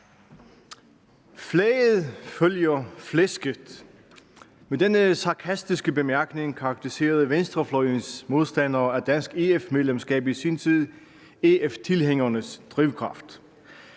Flaget følger flæsket. Med denne sarkastiske bemærkning karakteriserede venstrefløjens modstandere af dansk EF-medlemskab i sin tid EF-tilhængernes drivkraft.